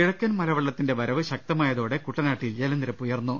കിഴക്കൻ മലവെളളത്തിന്റെ വരവ് ശക്തമായതോടെ കുട്ടനാ ട്ടിൽ ജലനിരപ്പ് ഉയർന്നു